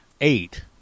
eight